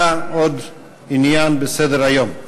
עוד עניין בסדר-היום.